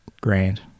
grand